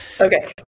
Okay